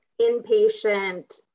inpatient